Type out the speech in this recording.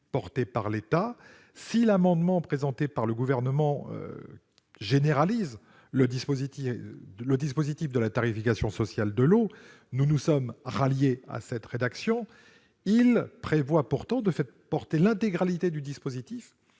Si l'amendement présenté par le Gouvernement vise à généraliser le dispositif de la tarification sociale de l'eau- nous nous sommes ralliés à sa rédaction -, il tend pourtant à faire porter l'intégralité du dispositif